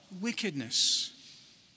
wickedness